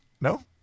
No